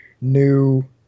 new